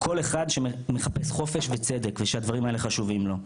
כל אחד שמחפש חופש וצדק, ושהדברים האלה חשובים לו,